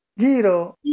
zero